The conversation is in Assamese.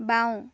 বাঁও